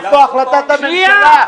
איפה החלטת הממשלה?